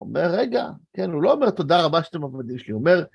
הוא אומר, רגע, כן, הוא לא אומר תודה רבה שאתם עבדים שלי, הוא אומר...